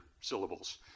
syllables